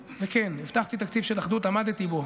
וכן, הבטחתי תקציב של אחדות, עמדתי בו,